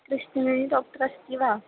Krishnaveni doctor अस्ति वा